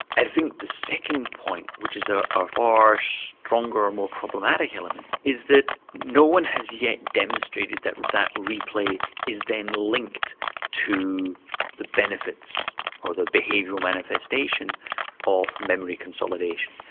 i think the second point, which is a ah far stronger and more problematic element, is that no one has yet demonstrated that that replay is then linked to the benefits or the behavioural manifestation of memory consolidation.